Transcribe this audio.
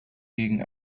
gegen